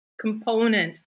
component